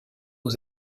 aux